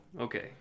okay